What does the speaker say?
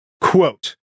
quote